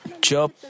Job